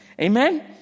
Amen